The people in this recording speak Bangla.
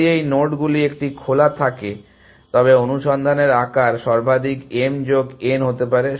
যদি এই নোডগুলি একটি খোলা থাকে তবে অনুসন্ধানের আকার সর্বাধিক m যোগ n হতে পারে